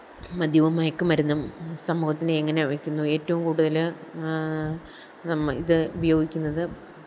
മദ്യവും മയക്കു മരുന്നും സമൂഹത്തിനെയെങ്ങനെ വെക്കുന്നു ഏറ്റവും കൂടുതൽ നമ്മൾ ഇത് ഉപയോഗിക്കുന്നത്